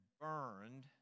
burned